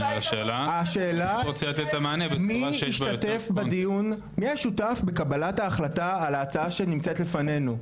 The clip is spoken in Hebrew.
מי היה שותף בקהלת ההחלטה על ההצעה שנמצאת לפנינו?